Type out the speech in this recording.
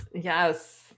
Yes